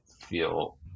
feel